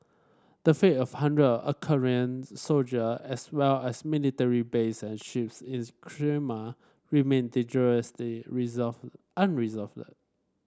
the fate of hundred Ukrainian soldier as well as military base and ships in Crimea remain dangerously resolved unresolved